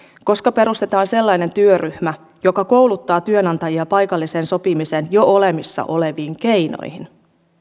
koska perustetaan sellainen työryhmä joka kouluttaa työnantajia paikallisen sopimisen jo olemassa oleviin keinoihin